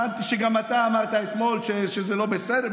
הבנתי שגם אתה אמרת אתמול שזה לא בסדר,